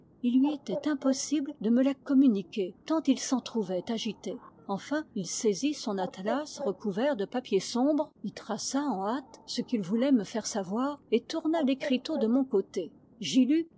il lui était impossible de me la communiquer tant il s'en trouvait agité enfin il saisit son atlas recouvert de papier sombre y traça en hâte ce qu'il voulait me faire savoir et tourna l'écriteau de mon côté